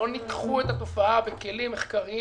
לא ניתחו את התופעה בכלים מחקריים